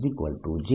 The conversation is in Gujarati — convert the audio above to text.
a